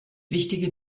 wichtige